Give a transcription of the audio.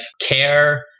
care